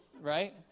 right